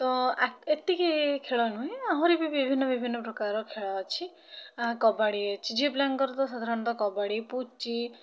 ତ ଆ ଏତିକି ଖେଳ ନୁହେଁ ଆହୁରି ବି ବିଭିନ୍ନ ବିଭିନ୍ନ ପ୍ରକାରର ଖେଳ ଅଛି କବାଡ଼ି ଅଛି ଝିଅପିଲାଙ୍କର ତ ସାଧାରଣତଃ କବାଡ଼ି ପୁଚି